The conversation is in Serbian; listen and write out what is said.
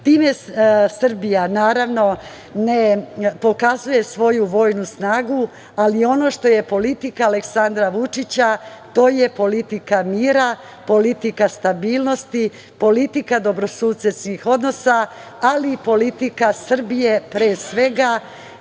Srbija naravno ne pokazuje svoju vojnu snagu, ali ono što je politika Aleksandra Vučića, to je politika mira, stabilnosti i politika dobrosusedskih odnosa, ali i politika Srbije, pre svega,